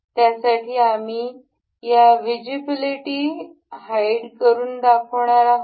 त्यासाठी आम्ही या व्हिजिबिलिटी हाईड करून दाखवणार आहोत